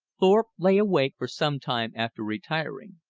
thorpe lay awake for some time after retiring.